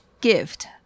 gift